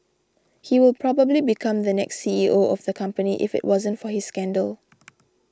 he will probably become the next C E O of the company if it wasn't for his scandal